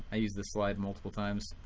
i use this slide multiple times.